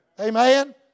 Amen